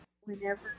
whenever